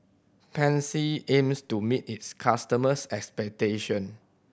Pansy aims to meet its customers' expectation